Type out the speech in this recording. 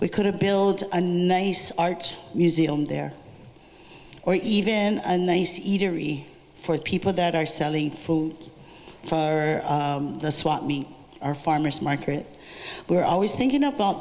we could have build a nice art museum there or even a nice eatery for people that are selling food for the swap meet our farmers market we are always thinking about